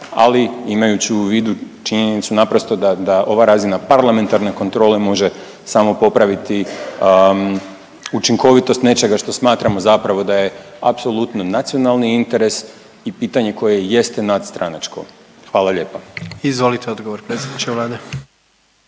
Ali imajući u vidu činjenicu naprosto da ova razina parlamentarne kontrole može samo popraviti učinkovitost nečega što smatramo zapravo da je apsolutno nacionalni interes i pitanje koje jeste nadstranačko. Hvala lijepa. **Jandroković, Gordan